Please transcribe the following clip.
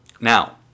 Now